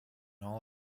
all